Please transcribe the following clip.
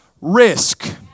risk